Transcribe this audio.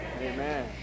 Amen